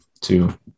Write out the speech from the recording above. two